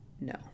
No